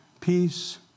Peace